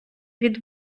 від